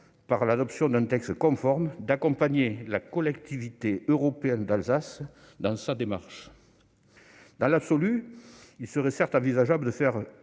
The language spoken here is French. par l'adoption d'un texte conforme, d'accompagner la Collectivité européenne d'Alsace dans sa démarche. Dans l'absolu, il serait certes envisageable de faire